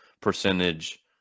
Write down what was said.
percentage